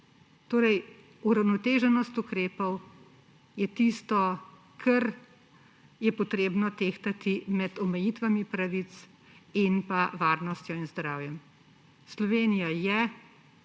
Torej, uravnoteženost ukrepov je tisto, kar je potrebno tehtati med omejitvami pravic in pa varnostjo in zdravjem. Slovenija je